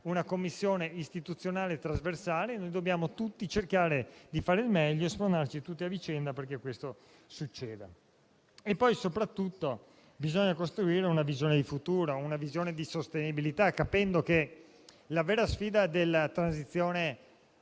una Commissione istituzionale trasversale, dobbiamo cercare tutti di fare il meglio e spronarci a vicenda perché questo succeda. Bisogna soprattutto costruire una visione di futuro e di sostenibilità, capendo che la vera sfida della transizione